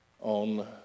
on